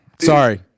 sorry